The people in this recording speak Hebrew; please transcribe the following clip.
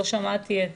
לא הספקתי לשמוע את